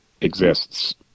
exists